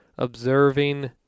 Observing